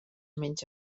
menys